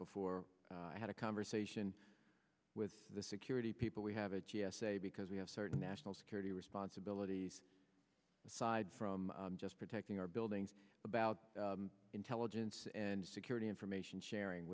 before i had a conversation with the security people we have a g s a because we have certain national security responsibilities aside from just protecting our buildings about intelligence and security information sharing